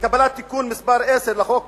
קבלת תיקון מס' 10 לחוק